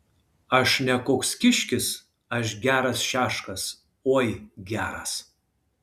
aš ne koks kiškis aš geras šeškas oi geras